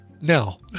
Now